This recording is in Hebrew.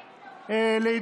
שלך?